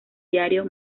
diario